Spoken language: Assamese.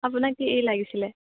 আপোনাক কি লাগিছিল